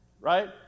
right